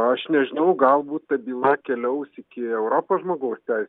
aš nežinau galbūt ta byla keliaus iki europos žmogaus tei